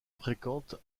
fréquentes